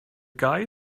guy